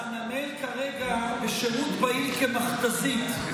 לא, חנמאל כרגע בשירות פעיל כמכת"זית.